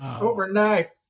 overnight